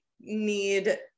need